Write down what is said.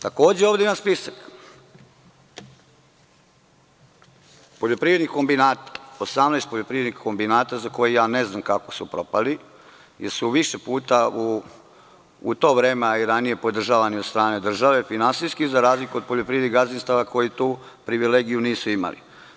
Takođe, ovde imam spisak 18 poljoprivrednih kombinata za koje ne znam kako su propali, jer su više puta u to vreme, a i ranije, podržavani od strane države, finansijske, za razliku od poljoprivrednih gazdinstava koji tu privilegiju nisu imali.